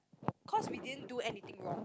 cause we didn't do anything wrong